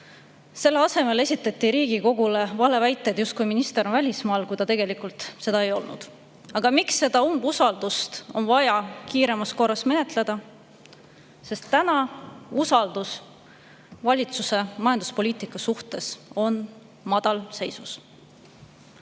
Selle asemel esitati Riigikogule valeväited, justkui minister oleks välismaal, kui ta tegelikult seda ei olnud. Aga miks seda umbusaldust on vaja kiiremas korras menetleda: sest usaldus valitsuse majanduspoliitika vastu on täna madalseisus.